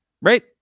right